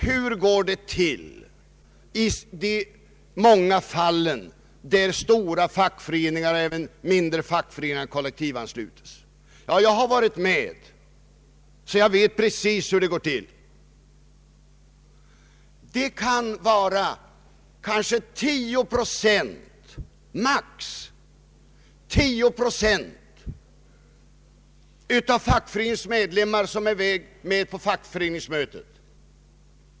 Hur går det till i de många fall när stora fackföreningar — och även mindre — kollektivansluts? Jag har varit med, så jag vet precis hur det går till. Det kan vara maximalt 10 procent av fackföreningens medlemmar närvarande vid = fackföreningsmötet.